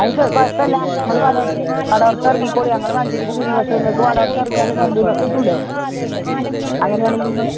അത് സ് കുഴപ്പമില്ല ഇങ്ങൾ വടവർ വടവർത്തെറങ്ങിക്കോളി ഞങ്ങൾ മഞ്ചേരിക്ക് തിരിയും പക്ഷേ നിങ്ങൾക്ക് വടവർത്തെറങ്ങിയാലും നിലമ്പൂർ ബസ്സിട്ടൂലെ അങ്ങനെയാണെങ്കിൽ നിങ്ങൾ